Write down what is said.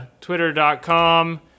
twitter.com